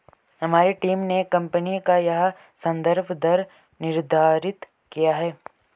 हमारी टीम ने कंपनी का यह संदर्भ दर निर्धारित किया है